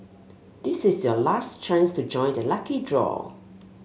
this is your last chance to join the lucky draw